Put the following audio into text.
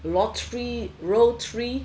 rotery row three